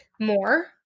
more